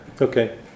Okay